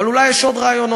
אבל אולי יש עוד רעיונות.